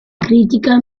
critica